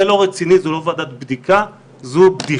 זה לא רציני, זו לא ועדת בדיקה, זו בדיחה.